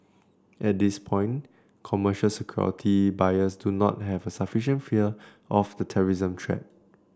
at this point commercial security buyers do not have a sufficient fear of the terrorism threat